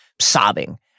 sobbing